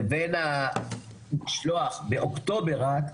לבין המשלוח באוקטובר רק,